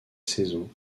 saison